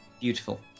Beautiful